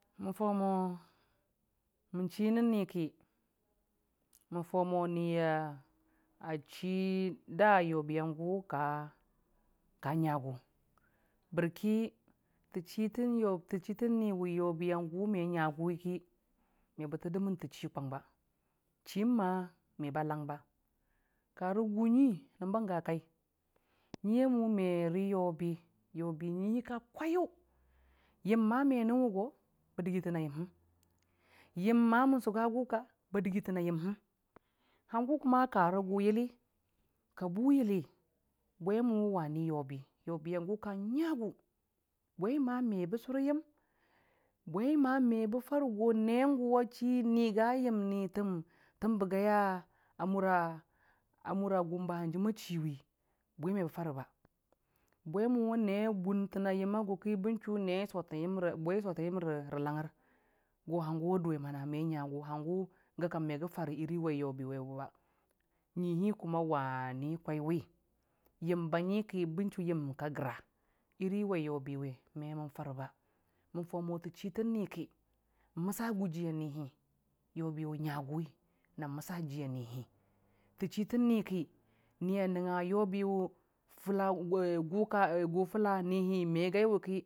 Mən fau mo nən chi nən ni ki mən faumo nchi'a' nən chi da yobiyangu kangagu bərki tə chi tən yob tə chi tən ni yobi yongu me ngagʊwi ki, me bətə dəmən tə chi kwana chim ma meba lane karə gu ngui nən bənga kai kin yobi a ngui higʊ ka kwewuyəm ma menən wugo bə dədigitəna yəm həm yəm həm ma wa gʊka ba dəgitəna yəmhəm hangu karə gu yəli kabu yəli bwe muwe wani yobi ngagu bwe hi ma mebə surə yəm bwe ma mebə fare go gə chʊ nege a sura yəmni lən nən a mura gon ba hanjim a chiwi bwe hi mebə fare ba bwe mʊwe ne guntəna yəmma gwe ki bən chu ne bwe hi sʊtən yəm rə langər go hangu a dʊwe go hangu a duwe go megə fare dan yobi ba ngui kʊma wani kwewi yəm bangi ki bən chʊ yəm ka gra iri wai yobi we memən fare bai mən fan mo tə chi tən ni ki noəsamən ji a Nihi a yobi ngagʊwi nan məsa ji a nihi tə chi tən niki ni a nəngnga yobi a fʊla aa nihi me gaiwe ki kojiyʊ gon ləmang.